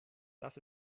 das